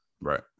right